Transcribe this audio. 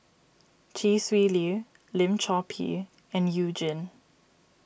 Chee Swee Lee Lim Chor Pee and You Jin